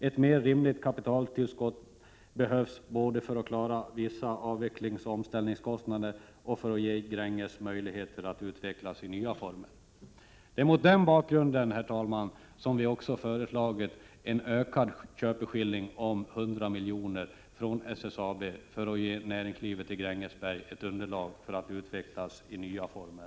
Ett mer rimligt kapitaltillskott behövs både för att klara vissa avvecklingsoch omställningskostnader och för att ge Grängesberg möjligheter att utvecklas i nya former. Herr talman! Det är mot den bakgrunden som vi också har föreslagit en ökad köpeskilling om 100 miljoner från SSAB för att ge näringslivet i Grängesberg ett underlag till att utvecklas i nya former.